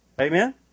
Amen